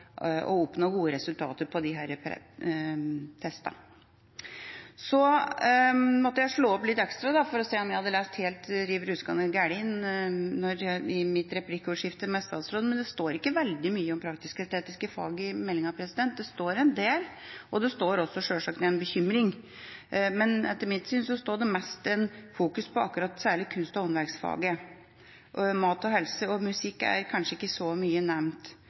å oppnå gode resultater på disse testene. Så måtte jeg slå opp litt ekstra for å se om jeg hadde lest helt riv ruskende galt angående det jeg sa i mitt replikkordskifte med statsråden, men det står ikke veldig mye om praktisk-estetiske fag i meldinga. Det står en del, og det står også selvsagt en bekymring, men etter mitt syn er det mest fokus på særlig kunst- og håndverksfaget. Mat og helse og musikk er kanskje ikke så mye nevnt.